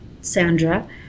Sandra